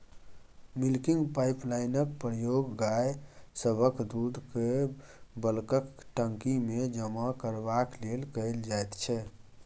milking पाइपलाइनक प्रयोग गाय सभक दूधकेँ बल्कक टंकीमे जमा करबाक लेल कएल जाइत छै